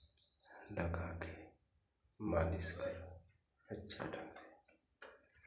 लगा के मालिश करो अच्छे ढंग से